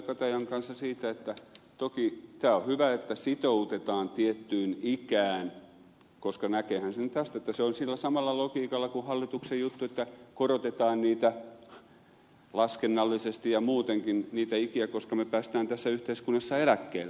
katajan kanssa siitä että toki tämä on hyvä että sitoutetaan tiettyyn ikään koska näkeehän sen tästä että se on sillä samalla logiikalla kuin hallituksen juttu että korotetaan niitä ikiä laskennallisesti ja muutenkin koska me pääsemme tässä yhteiskunnassa eläkkeelle